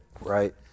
right